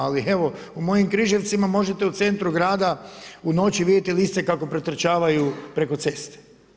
Ali evo u mojim Križevcima možete u centru grada u noći vidjeti lisice kako pretrčavaju preko ceste.